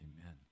amen